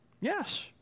Yes